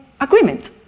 agreement